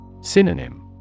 Synonym